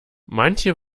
manche